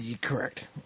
Correct